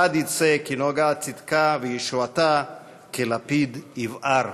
עד יצא כנגה צדקה, וישועתה כלפיד יבער".